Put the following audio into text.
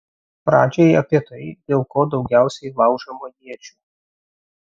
pradžiai apie tai dėl ko daugiausiai laužoma iečių